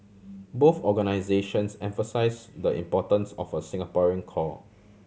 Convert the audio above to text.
both organisations emphasise the importance of a Singaporean core